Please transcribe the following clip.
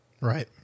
Right